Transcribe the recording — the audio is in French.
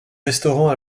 restaurant